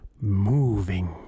Moving